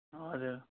हजुर